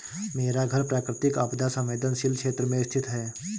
मेरा घर प्राकृतिक आपदा संवेदनशील क्षेत्र में स्थित है